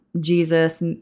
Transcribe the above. Jesus